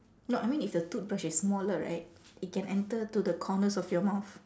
no I mean if the toothbrush is smaller right it can enter to the corners of your mouth